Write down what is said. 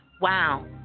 Wow